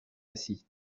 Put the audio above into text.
assis